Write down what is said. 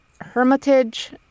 Hermitage